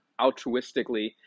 altruistically